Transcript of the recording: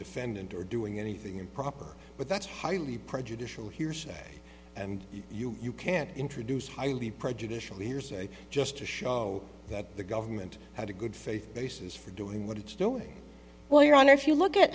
defendant or doing anything improper but that's highly prejudicial hearsay and you you can't introduce highly prejudicial hearsay just to show that the government had a good faith basis for doing what it's doing well your honor if you look at